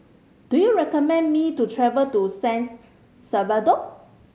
do you recommend me to travel to San's Salvador